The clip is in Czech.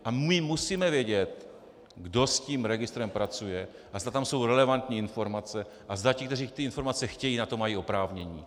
A my musíme vědět, kdo s tím registrem pracuje a zda tam jsou relevantní informace a zda ti, kteří ty informace chtějí, na to mají oprávnění.